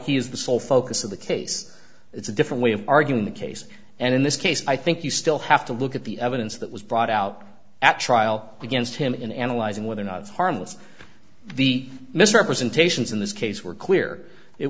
sole focus of the case it's a different way of arguing the case and in this case i think you still have to look at the evidence that was brought out at trial against him in analyzing whether or not it's harmless the misrepresentations in this case were clear it